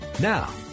Now